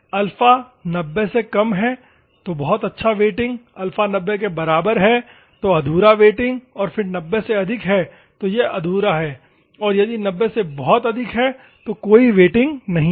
alpha 90 से कम है तो अच्छा वेटिंग अल्फा 90 के बराबर है तो अधूरा वेटिंग और फिर 90 से अधिक है तो यह अधूरा है और यदि यह 90 से बहुत अधिक है तो कोई वेटिंग नहीं है